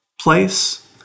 place